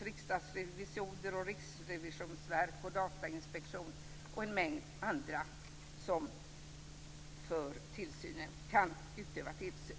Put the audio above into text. Riksdagens revisorer, Datainspektionen och en mängd andra som kan utöva tillsyn.